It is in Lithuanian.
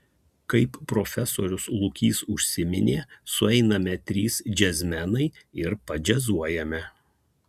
kaip profesorius lukys užsiminė sueiname trys džiazmenai ir padžiazuojame